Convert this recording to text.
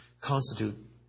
constitute